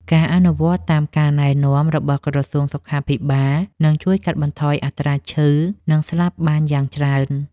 ការអនុវត្តតាមការណែនាំរបស់ក្រសួងសុខាភិបាលនឹងជួយកាត់បន្ថយអត្រាឈឺ និងស្លាប់បានយ៉ាងច្រើន។